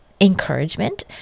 encouragement